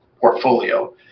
portfolio